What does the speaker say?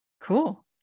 cool